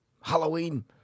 Halloween